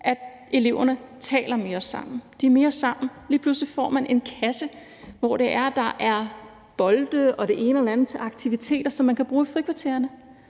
at eleverne taler mere sammen. De er mere sammen. Lige pludselig får man en kasse, hvor der er bolde og det ene og det andet til aktiviteter, som man kan bruge i frikvartererne,